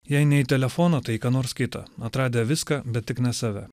jei ne į telefoną tai į ką nors kitą atradę viską bet tik ne save